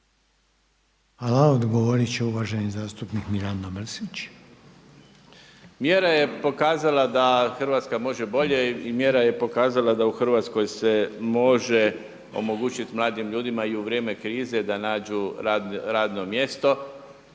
Hvala. Odgovoriti će uvaženi zastupnik Mirando Mrsić. **Mrsić, Mirando (SDP)** Mjera je pokazala da Hrvatska može bolje i mjera je pokazala da u Hrvatskoj se može omogućiti mladim ljudima i u vrijeme krize da nađu radno mjesto.